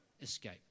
escape